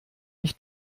mich